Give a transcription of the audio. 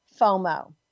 FOMO